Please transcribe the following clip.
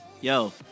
Yo